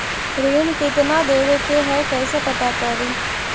ऋण कितना देवे के है कैसे पता करी?